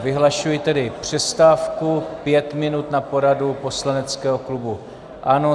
Vyhlašuji tedy přestávku, pět minut na poradu poslaneckého klubu ANO.